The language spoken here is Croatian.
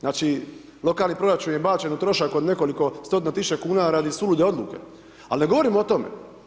Znači lokalni proračun je bačen u trošak od nekoliko stotine tisuće kuna radi sulude odluke, ali ne govorim o tome.